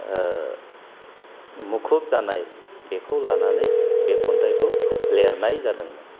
मुखुब जानाय बेखौ लानानै बे खन्थाइखौ लेरनाय जादोंमोन